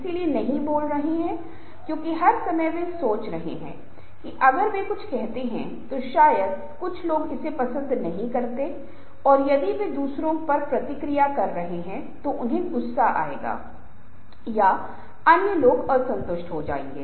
इसलिए ये छोटी चीजें हैं जो हम इंसान के लिए हैं हम प्रशंसा करना पसंद करते हैं इसलिए यदि आप प्रशंसा करना पसंद करते हैं तो हम खुश बेहतर आरामदायक महसूस करते हैं